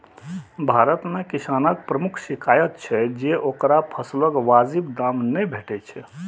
भारत मे किसानक प्रमुख शिकाइत छै जे ओकरा फसलक वाजिब दाम नै भेटै छै